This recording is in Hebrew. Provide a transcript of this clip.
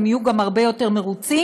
והם יהיו גם הרבה יותר מרוצים,